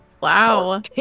Wow